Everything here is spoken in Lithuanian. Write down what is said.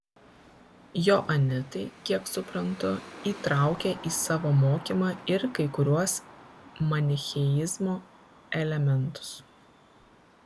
joanitai kiek suprantu įtraukia į savo mokymą ir kai kuriuos manicheizmo elementus